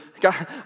God